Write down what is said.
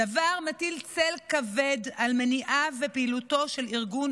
הדבר מטיל צל כבד על מניעיו ופעילותו של ארגון